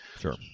Sure